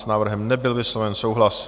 S návrhem nebyl vysloven souhlas.